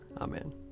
Amen